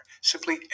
simply